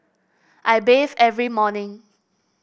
I bathe every morning